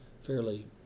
fairly